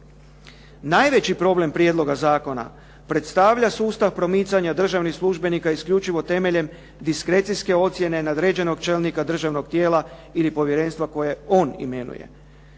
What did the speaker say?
Najveći problem prijedloga zakona predstavlja sustav promicanja državnih službenika isključivo temeljem diskrecijske ocjene nadređenog čelnika državnog tijela ili povjerenstva koje on imenuje.